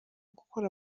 gukora